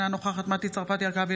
אינה נוכחת מטי צרפתי הרכבי,